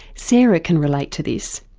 sarah can relate to this.